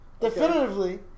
definitively